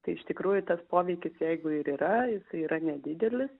tai iš tikrųjų tas poveikis jeigu ir yra jisai yra nedidelis